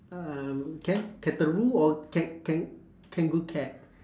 um can cataroo or kan~ kan~ kangoocat